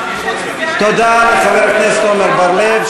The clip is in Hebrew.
תודה לחבר הכנסת עמר בר-לב,